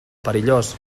perillós